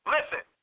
Listen